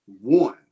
one